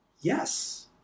yes